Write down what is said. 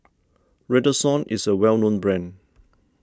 Redoxon is a well known brand